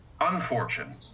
unfortunate